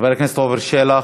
חבר הכנסת עפר שלח?